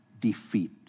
defeat